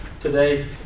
today